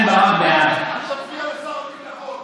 אל תפריע לשר הביטחון.